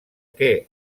què